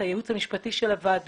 את הייעוץ המשפטי של הוועדה,